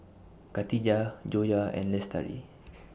Katijah Joyah and Lestari